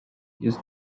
jest